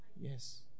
Yes